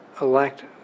elect